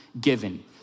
given